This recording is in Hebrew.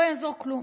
לא יעזור כלום.